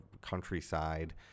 countryside